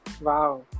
wow